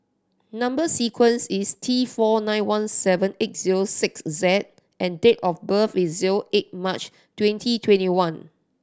number sequence is T four nine one seven eight zero six Z and date of birth is zero eight March twenty twenty one